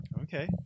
Okay